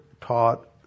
taught